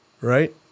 right